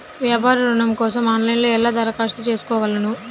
వ్యాపార ఋణం కోసం ఆన్లైన్లో ఎలా దరఖాస్తు చేసుకోగలను?